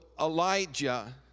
Elijah